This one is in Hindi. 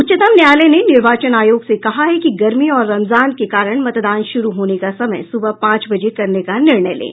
उच्चतम न्यायालय ने निर्वाचन आयोग से कहा है कि गर्मी और रमजान के कारण मतदान शुरू होने का समय सुबह पांच बजे करने का निर्णय लें